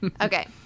Okay